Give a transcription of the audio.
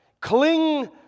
cling